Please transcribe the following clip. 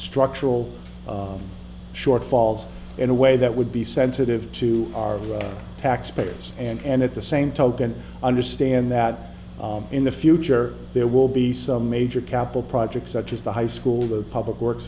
structural shortfalls in a way that would be sensitive to our taxpayers and at the same token understand that in the future there will be some major capital projects such as the high school of public works